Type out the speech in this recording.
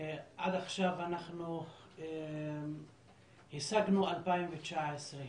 עד עכשיו אנחנו השגנו את 2019,